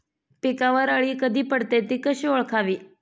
पिकावर अळी कधी पडते, ति कशी ओळखावी?